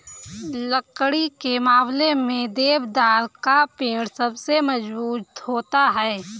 लकड़ी के मामले में देवदार का पेड़ सबसे मज़बूत होता है